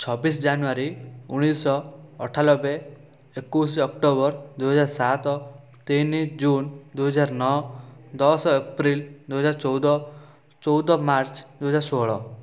ଛବିଶ ଜାନୁୟାରୀ ଉଣେଇଶହ ଅଠାନବେ ଏକୋଇଶ ଅକ୍ଟୋବର ଦୁଇ ହଜାର ସାତ ତିନି ଜୁନ୍ ଦୁଇ ହଜାର ନ ଦଶ ଏପ୍ରିଲ୍ ଦୁଇ ହଜାର ଚଉଦ ଚଉଦ ମାର୍ଚ୍ଚ ଦୁଇ ହଜାର ଷୋହଳ